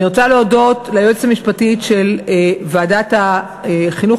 אני רוצה להודות ליועצת המשפטית של ועדת החינוך,